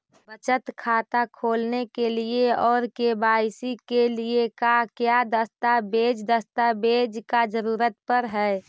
बचत खाता खोलने के लिए और के.वाई.सी के लिए का क्या दस्तावेज़ दस्तावेज़ का जरूरत पड़ हैं?